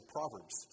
Proverbs